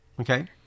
Okay